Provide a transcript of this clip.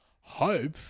hope